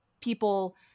people